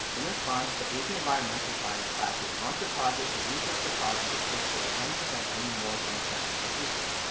in response, the ap environmental science classes launched a project to research the cause of this fish kill and prevent any more from occurring in the future.